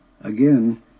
Again